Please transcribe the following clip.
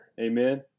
Amen